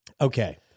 Okay